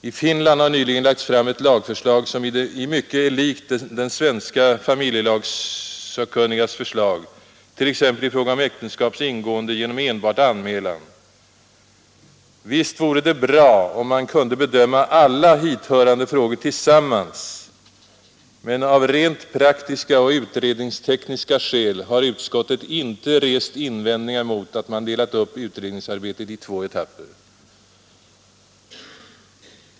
I Finland har nyligen lagts fram ett lagförslag som i mycket är likt de svenska familjelagssakkunnigas förslag, t.ex. i fråga äktenskaps ingående genom enbart anmälan. Visst vore det bra om man kunde bedöma alla hithörande frågor tillsammans, men på grund av rent praktiska och utredningstekniska skäl har utskottet inte ansett sig böra resa invändningar mot att man delat upp utredningsarbetet i två etapper.